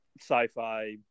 sci-fi